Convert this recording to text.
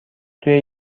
توی